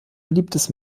beliebtes